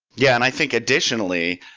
yeah. and i think, additionally,